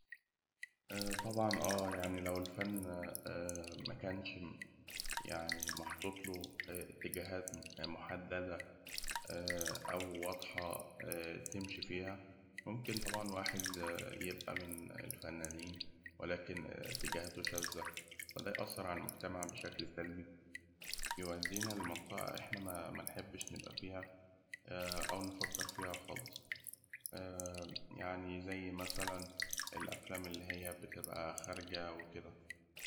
طبعاً أه، يعني لو الفن آ مكنش يعني محطوط له